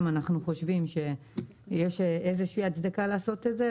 אנחנו חושבים שיש איזושהי הצדקה לעשות את זה,